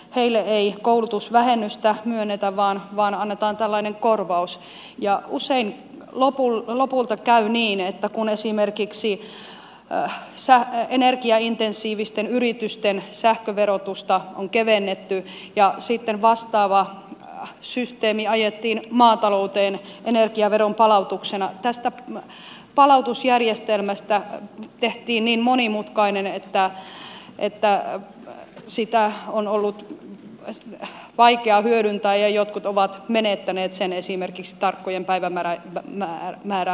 heille ei koulutusvähennystä myönnetä vaan annetaan tällainen korvaus ja usein lopulta käy niin että kun esimerkiksi energiaintensiivisten yritysten sähköverotusta on kevennetty ja sitten vastaava systeemi ajettiin maatalouteen energiaveron palautuksena tästä palautusjärjestelmästä tehtiin niin monimutkainen että sitä on ollut vaikea hyödyntää ja jotkut ovat menettäneet sen esimerkiksi tarkkojen päivämäärärajojen vuoksi